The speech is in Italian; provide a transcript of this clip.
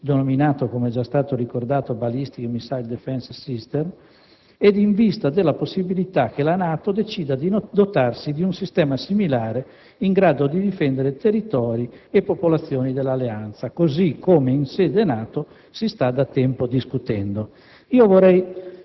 denominato - com'è già stato ricordato - «*Ballistic* *Missile Defense System*» e in vista della possibilità che la NATO decida di dotarsi di un sistema similare in grado di difendere territori e popolazioni dell'Alleanza, così come in sede NATO si sta da tempo discutendo. Senatrice